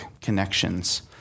connections